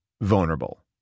vulnerable